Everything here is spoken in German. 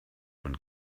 von